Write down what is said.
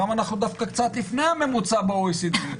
שם אנחנו דווקא קצת לפני הממוצע ב-OECD.